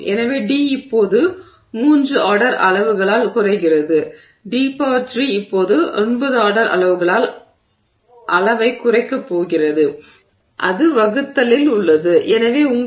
எனவே d இப்போது மூன்று ஆர்டர் அளவுகளால் குறைகிறது எனவே d3 இப்போது 9 ஆர்டர் அளவுகளால் அளவைக் குறைக்கப் போகிறது அது வகுக்கத்தில் உள்ளது